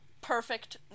perfect